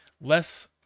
less